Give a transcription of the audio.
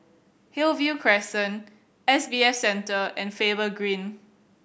Hillview Crescent S B A Centre and Faber Green